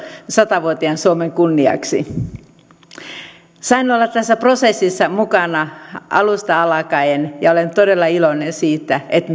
satavuotiaan suomen kunniaksi sain olla tässä prosessissa mukana alusta alkaen ja olen todella iloinen siitä että